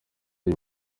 iyi